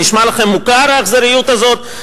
זה נשמע לכם מוכר, האכזריות הזאת?